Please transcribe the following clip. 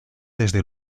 desde